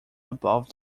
above